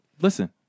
Listen